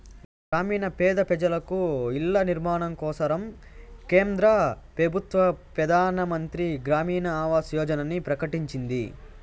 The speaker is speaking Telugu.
గ్రామీణ పేద పెజలకు ఇల్ల నిర్మాణం కోసరం కేంద్ర పెబుత్వ పెదానమంత్రి గ్రామీణ ఆవాస్ యోజనని ప్రకటించింది